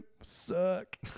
suck